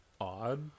odd